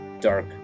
dark